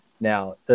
Now